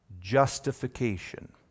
justification